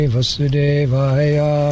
Vasudevaya